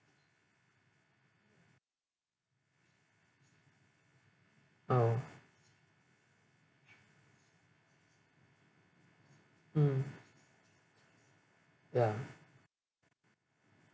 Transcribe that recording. oh mm ya